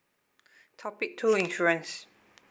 topic two insurance